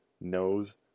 knows